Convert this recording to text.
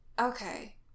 Okay